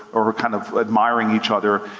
or ah kind of admiring each other,